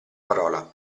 parola